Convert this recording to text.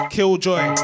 Killjoy